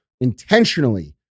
intentionally